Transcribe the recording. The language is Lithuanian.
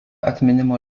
atminimo